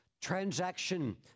transaction